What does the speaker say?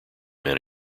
men